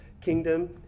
kingdom